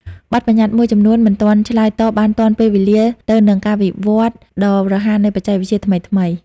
បទប្បញ្ញត្តិមួយចំនួនមិនទាន់ឆ្លើយតបបានទាន់ពេលវេលាទៅនឹងការវិវត្តដ៏រហ័សនៃបច្ចេកវិទ្យាថ្មីៗ។